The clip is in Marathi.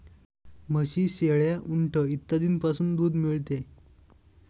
म्हशी, शेळ्या, उंट इत्यादींपासूनही दूध मिळते